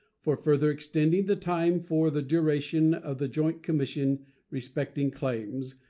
for further extending the time for the duration of the joint commission respecting claims,